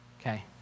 Okay